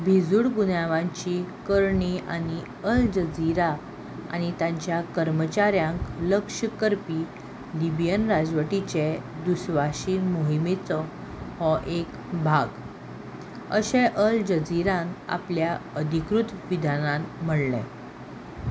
भिजूड गुन्यावांची करणी आनी अल जझिरा आनी तांच्या कर्मचाऱ्यांक लक्ष करपी लिबियन राजवटीचे दुस्वाशी मोहिमेचो हो एक भाग अशें अल जझीरान आपल्या अधिकृत विधानांत म्हणलें